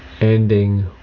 ending